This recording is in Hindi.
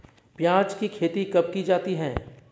प्याज़ की खेती कब की जाती है?